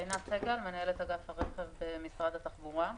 מנהלת אגף הרכב במשרד התחבורה.